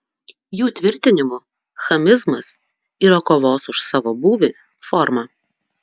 jų tvirtinimu chamizmas yra kovos už savo būvį forma